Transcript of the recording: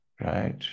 right